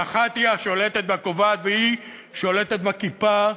שהאחת היא השולטת והקובעת, והיא שולטת בכיפה,